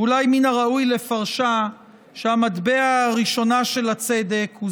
ואולי מן הראוי לפרשה כך שהמטבע הראשון של הצדק הוא